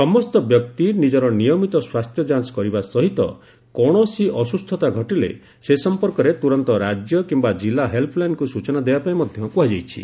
ସମସ୍ତ ବ୍ୟକ୍ତି ନିଜର ନିୟମିତ ସ୍ୱାସ୍ଥ୍ୟ ଯାଞ୍ଚ କରିବା ସହିତ କୌଣସି ଅସୁସ୍ଥତା ଘଟିଲେ ସେ ସଂପର୍କରେ ତୁରନ୍ତ ରାଜ୍ୟ କିୟା ଜିଲ୍ଲା ହେଲ୍ପ୍ଲାଇନକୁ ସୂଚନା ଦେବା ପାଇଁ ମଧ୍ୟ କୁହାଯାଇଛି